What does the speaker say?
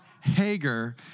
Hager